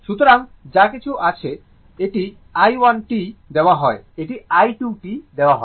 সুতরাং যা কিছু আছে এটি i1 t দেওয়া হয় এটি i2 t দেওয়া হয়